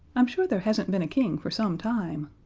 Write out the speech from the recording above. i'm sure there hasn't been a king for some time.